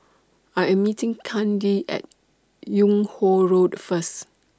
I Am meeting Kandy At Yung Ho Road First